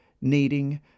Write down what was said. needing